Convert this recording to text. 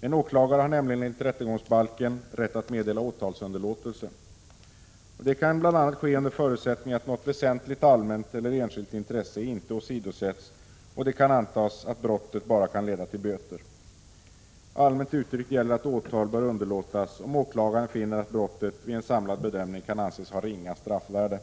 En åklagare har nämligen enligt rättegångsbalken rätt att meddela åtalsunderlåtelse. Detta kan bl.a. ske under förutsättning att något väsentligt allmänt eller enskilt intresse inte åsidosätts och det kan antas att brottet bara kan leda till böter. Allmänt uttryckt gäller att åtal bör underlåtas om åklagaren finner att brottet vid en samlad bedömning kan anses ha ringa straffvärde.